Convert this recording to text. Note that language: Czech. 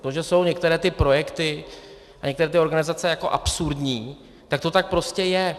To, že jsou některé ty projekty a některé ty organizace jako absurdní, tak to tak prostě je.